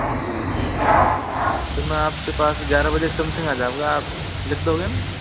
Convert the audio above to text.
जी तो मैं आपके पास ग्यारह बजे के समथिंग आ जाऊंगा आप लिख दोगे ना